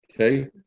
Okay